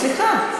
סליחה,